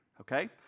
okay